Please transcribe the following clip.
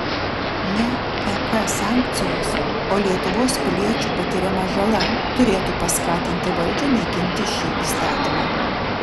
ne ek sankcijos o lietuvos piliečių patiriama žala turėtų paskatinti valdžią naikinti šį įstatymą